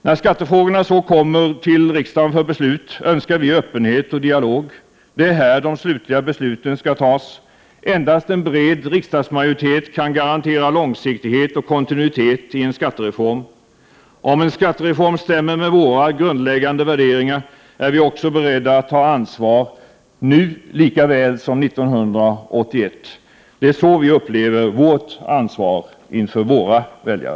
När skattefrågorna så kommer till riksdagen för beslut, önskar vi öppenhet och dialog. Det är här de slutliga besluten skall fattas. Endast en bred riksdagsmajoritet kan garantera långsiktighet och kontinuitet i en skattereform. Om en skattereform stämmer med våra grundläggande värderingar, är vi också beredda att ta ansvar — nu lika väl som 1981. Det är så vi upplever vårt ansvar inför våra väljare.